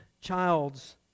Childs